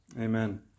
Amen